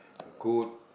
good